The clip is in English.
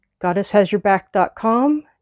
GoddessHasYourBack.com